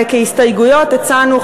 וכהסתייגויות הצענו,